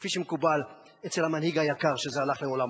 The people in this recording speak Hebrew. כפי שמקובל אצל "המנהיג היקר" שזה עתה הלך לעולמו,